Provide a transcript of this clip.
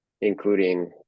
including